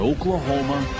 Oklahoma